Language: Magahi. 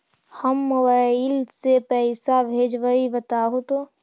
हम मोबाईल से पईसा भेजबई बताहु तो?